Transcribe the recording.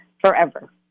forever